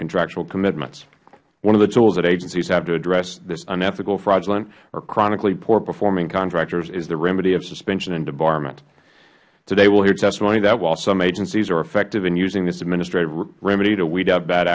contractual commitments one of the tools that agencies have to address this unethical fraudulent or chronically poor performing contractors is the remedy of suspension and debarment today we will hear testimony that while some agencies are effective in using this administrative remedy to weed out bad